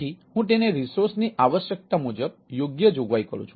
તેથી હું તેને રિસોર્સની આવશ્યકતા મુજબ યોગ્ય જોગવાઈ કરું છું